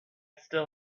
still